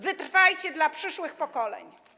Wytrwajcie dla przyszłych pokoleń.